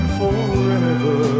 forever